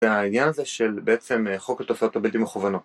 והעניין הזה של בעצם חוק התוסעות הבלתי מכוונות